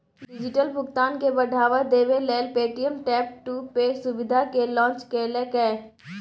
digital भुगतान केँ बढ़ावा देबै लेल पे.टी.एम टैप टू पे सुविधा केँ लॉन्च केलक ये